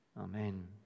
Amen